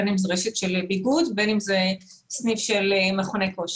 בין אם זו רשת של ביגוד ובין אם זה סניף של מכוני כושר.